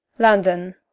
london.